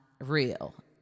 real